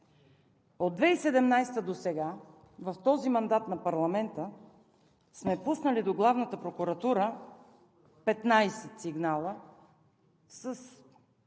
От 2017 г. досега в този мандат на парламента сме пуснали до Главната прокуратура 15 сигнала с